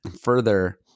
further